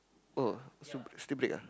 oh still still break ah